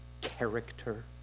character